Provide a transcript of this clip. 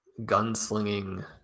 gunslinging